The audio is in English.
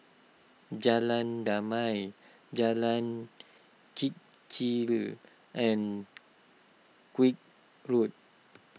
Jalan Damai Jalan Kechil and Koek Road